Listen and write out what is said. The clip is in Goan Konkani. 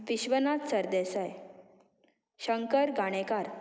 विश्वनाथ सरदेसाय शंकर गाणेकार